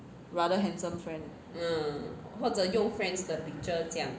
rather handsome friend 或者用 friend's the picture 这样